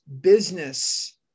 business